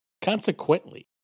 Consequently